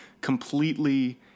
completely –